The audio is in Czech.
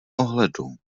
ohledu